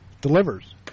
delivers